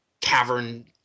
cavern